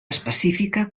específica